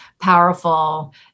powerful